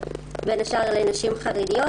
בין השאר לנשים חרדיות.